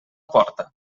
porta